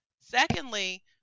Secondly